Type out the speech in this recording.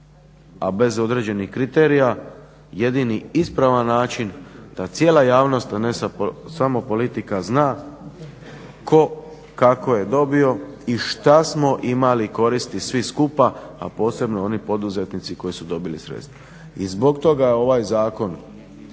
a bez određenih kriterija jedini ispravan način da cijela javnost a ne samo politika zna tko kako je dobio i šta smo imali koristi svi skupa, a posebno oni poduzetnici koji su dobili sredstva. I zbog toga je ovaj zakon